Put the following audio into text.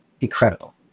incredible